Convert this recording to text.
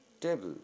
table